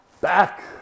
Back